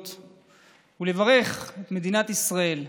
האמירויות ולברך את מדינת ישראל,